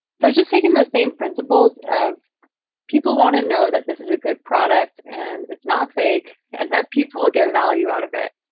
so it's just taking those same principles of people wanting to know that this is a good product and it's not fake and that people get value out of it.